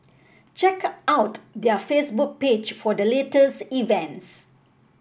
check out their Facebook page for the latest events